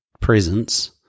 presence